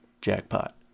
Jackpot